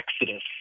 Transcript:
Exodus